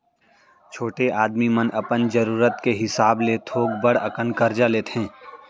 छोटे आदमी मन अपन जरूरत के हिसाब ले थोक बड़ अकन करजा लेथें